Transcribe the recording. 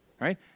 right